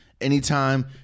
Anytime